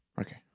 Okay